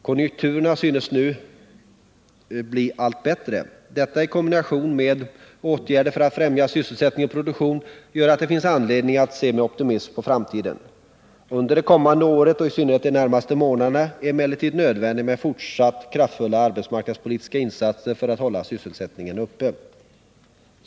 Konjunkturerna synes nu bli allt bättre. Detta i kombination med åtgärder för att främja sysselsättning och produktion gör att det finns anledning att se med optimism på framtiden. Under det kommande året och i synnerhet de närmaste månaderna är det emellertid nödvändigt med fortsatta kraftfulla arbetsmarknadspolitiska insatser för att hålla sysselsättningen uppe.